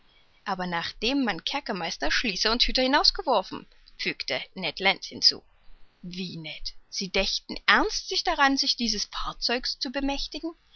aber nachdem man kerkermeister schließer und hüter hinausgeworfen fügte ned land hinzu wie ned sie dächten ernstlich daran sich dieses fahrzeugs zu bemächtigen